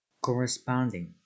Corresponding